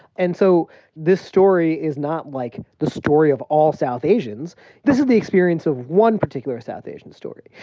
and so this story is not like the story of all south asians this is the experience of one particular south asian story.